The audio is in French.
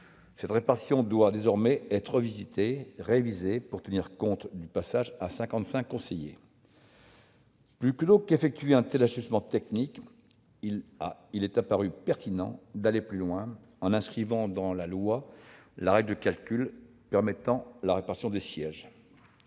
Cette répartition doit désormais être révisée pour tenir compte du passage à cinquante-cinq conseillers. Plutôt que d'effectuer un tel ajustement technique, il a paru pertinent d'aller plus loin, en inscrivant dans la loi la règle de calcul permettant la répartition des sièges.